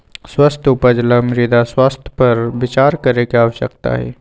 स्वस्थ उपज ला मृदा स्वास्थ्य पर विचार करे के आवश्यकता हई